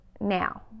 now